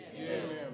Amen